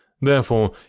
Therefore